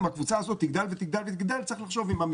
אם הקבוצה הזאת תגדל ותגדל,